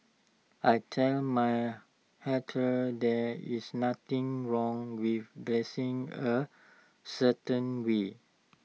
I tell my haters there is nothing wrong with dressing A certain way